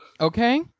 Okay